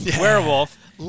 werewolf